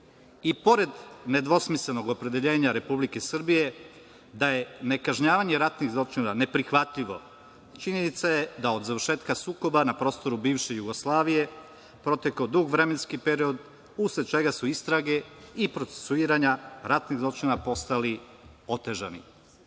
nedvosmislenog opredeljenja Republike Srbije da je nekažnjavanje ratnih zločina neprihvatljivo, činjenica je da od završetka sukoba na prostoru bivše Jugoslavije, protekao dug vremenski period usled čega su istrage i procesuiranja ratnih zločina postali otežani. Pored